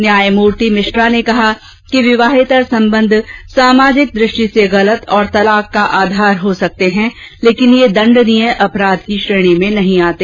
न्यायमूर्ति मिश्रा ने कहा कि विवाहेतर संबंध सामाजिक दृष्टि से गलत और तलाक का आधार हो सकते हैं लेकिन यह दंडनीय अपराध की श्रेणी में नहीं आते